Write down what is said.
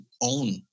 own